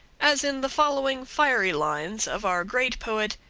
as in the following fiery lines of our great poet,